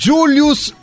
Julius